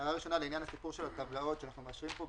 הערה ראשונה לעניין הסיפור של הטבלאות שאנחנו מאשרים פה.